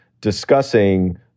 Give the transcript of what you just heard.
discussing